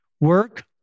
Work